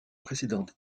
précédente